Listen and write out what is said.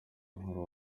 nkuru